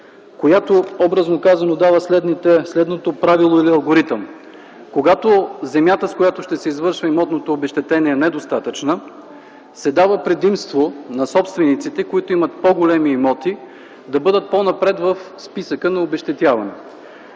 която, образно казано, се дава следното правило или алгоритъм - когато земята, с която ще се извърши имотното обезщетение е недостатъчна, се дава предимство на собствениците, които имат по-големи имоти, да бъдат по-напред в списъка на обезщетяваните.